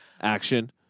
action